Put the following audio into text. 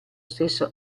stesso